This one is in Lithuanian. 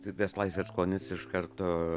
tai tas laisvės skonis iš karto